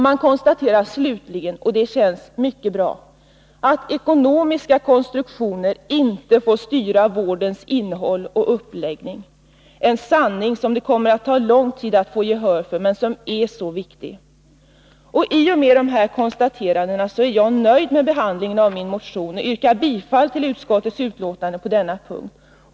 Man konstaterar slutligen — och det känns mycket bra — att ekonomiska konstruktioner inte får styra vårdens innehåll och uppläggning, en sanning som det kommer att ta lång tid att få gehör för men som är mycket viktig. I och med dessa konstateranden är jag nöjd med behandlingen av min motion och yrkar bifall till utskottets hemställan på denna punkt.